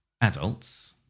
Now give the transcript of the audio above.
adults